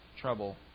trouble